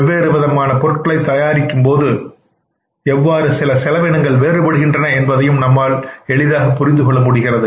வெவ்வேறு விதமான பொருட்களை தயாரிக்கும் போது எவ்வாறு சில செலவினங்கள் வேறுபடுகின்றன என்பதையும் நம்மால் எளிதாக புரிந்து கொள்ள முடிகிறது